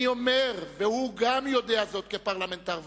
אני אומר והוא גם יודע זאת כפרלמנטר ותיק: